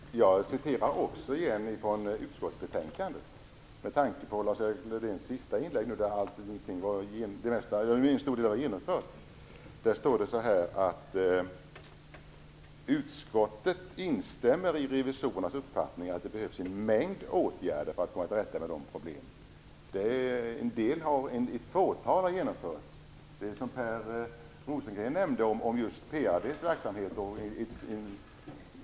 Herr talman! Jag citerar på nytt från utskottsbetänkandet, med tanke på att Lars-Erik Lövdén i sitt sista inlägg sade att en stor del har genomförts. Där står så här: "Utskottet instämmer i revisorernas uppfattning att det behövs en mängd åtgärder för att komma till rätta med de problem som uppstått." Ett fåtal har genomförts. Per Rosengren nämnde Peab:s verksamhet.